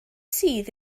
sydd